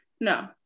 no